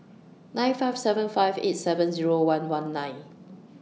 nine five seven five eight seven Zero one one nine